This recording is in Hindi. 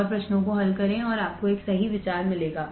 कुछ और प्रश्नों को हल करें और आपको एक सही विचार मिलेगा